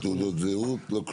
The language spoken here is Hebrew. לא תעודות זהות, ולא כלום.